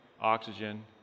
oxygen